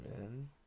man